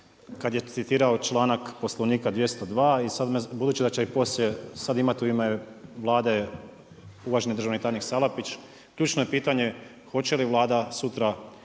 kad je citirao članak Poslovnika 202. Budući da će i poslije sad imati u ime Vlade uvaženi državni tajnik Salapić ključno je pitanje hoće li Vlada sutra